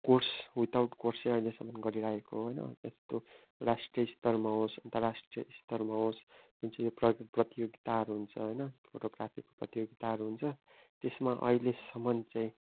course without course चाहिँ अहिलेसमन गरिरहेको होइन त्यस्तो राष्ट्रिय स्तरमा होस् अन्तर्राष्टिय स्तरमा होस् जुन चाहिँ यो प्रगि प्रयोगिताहरू हुन्छ होइन फोटोग्राफीको प्रतियोगिताहरू हुन्छ त्यसमा अहिलेसम्म चाहिँ